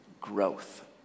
growth